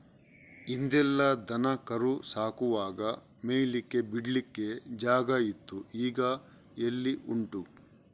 ಹಿಂದೆಲ್ಲ ದನ ಕರು ಸಾಕುವಾಗ ಮೇಯ್ಲಿಕ್ಕೆ ಬಿಡ್ಲಿಕ್ಕೆ ಜಾಗ ಇತ್ತು ಈಗ ಎಲ್ಲಿ ಉಂಟು